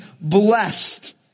blessed